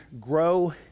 grow